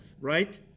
right